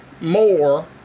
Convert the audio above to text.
more